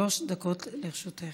שלוש דקות לרשותך.